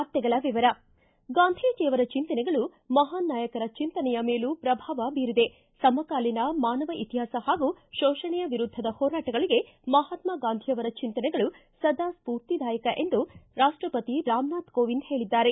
ವಾರ್ತೆಗಳ ವಿವರ ಗಾಂಧೀಜಿಯವರ ಚಿಂತನೆಗಳು ಮಹಾನ್ ನಾಯಕರ ಚಿಂತನೆಯ ಮೇಲೂ ಪ್ರಭಾವ ಬೀರಿದೆ ಸಮಕಾಲೀನ ಮಾನವ ಇತಿಹಾಸ ಹಾಗೂ ಕೋಷಣೆಯ ವಿರುದ್ದ ಹೋರಾಟಗಳಿಗೆ ಮಹಾತ್ಮಾ ಗಾಂಧಿಯವರ ಚಿಂತನೆಗಳು ಸದಾ ಸ್ಪೂರ್ತಿದಾಯಕ ಎಂದು ರಾಷ್ಷಪತಿ ರಾಮನಾಥ್ ಕೋವಿಂದ್ ಹೇಳದ್ದಾರೆ